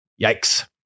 Yikes